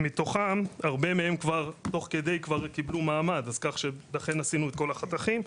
מתוכם הרבה מהם כבר תוך כדי קיבלו מעמד כך שלכן עשינו את החתכים,